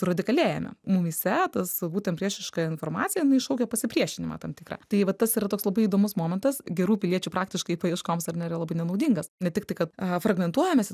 radikalėjame mumyse tas būtent priešiška informacija jinai iššaukia pasipriešinimą tam tikrą tai vat tas yra toks labai įdomus momentas gerų piliečių praktiškai paieškoms ar ne yra labai nenaudingas ne tik tai kad fragmentuojamės